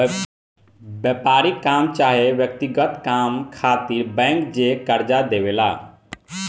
व्यापारिक काम चाहे व्यक्तिगत काम खातिर बैंक जे कर्जा देवे ला